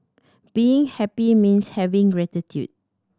being happy means having gratitude